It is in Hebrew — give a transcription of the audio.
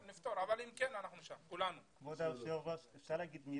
בסדר, נפתור, אבל אם כן אנחנו שם, כולנו.